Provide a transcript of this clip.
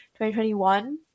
2021